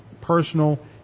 personal